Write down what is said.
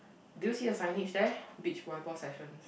do you see a signage there beach volleyball session